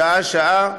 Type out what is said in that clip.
שעה-שעה.